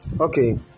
Okay